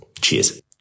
Cheers